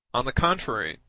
on the contrary,